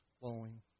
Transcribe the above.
flowing